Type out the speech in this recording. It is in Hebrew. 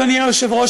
אדוני היושב-ראש,